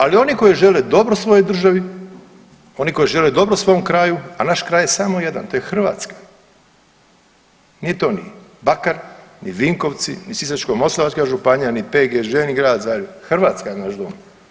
Ali oni koji žele dobro svojoj državi, oni koji žele dobro svom kraju, a naš kraj je samo jedan, to je Hrvatska, nije to ni Bakar, ni Vinkovci, ni Sisačko-moslavačka županija, ni PGŽ, ni Grad Zagreb, Hrvatska je naš dom.